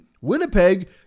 Winnipeg